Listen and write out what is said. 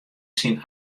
syn